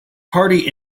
hardy